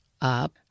up